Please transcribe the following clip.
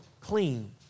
clean